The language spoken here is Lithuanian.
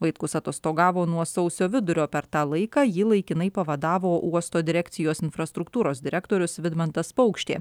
vaitkus atostogavo nuo sausio vidurio per tą laiką jį laikinai pavadavo uosto direkcijos infrastruktūros direktorius vidmantas paukštė